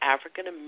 African